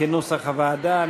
כנוסח הוועדה.